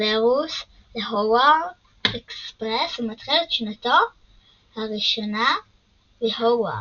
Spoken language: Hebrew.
סוורוס להוגוורטס אקספרס ומתחיל את שנתו הראשונה בהוגוורטס.